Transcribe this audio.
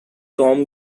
tom